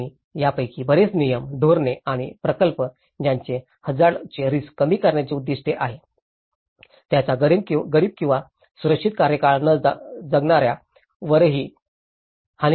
आणि यापैकी बरेच नियम धोरणे किंवा प्रकल्प ज्यांचे हजार्ड चे रिस्क कमी करण्याचे उद्दीष्ट आहे त्याचा गरीब किंवा सुरक्षित कार्यकाळ न जगणाऱ्या वरही हानिकारक परिणाम होऊ शकतो